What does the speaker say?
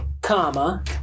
comma